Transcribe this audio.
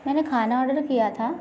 मैंने खाना ऑर्डर किया था